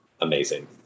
amazing